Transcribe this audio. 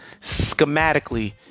schematically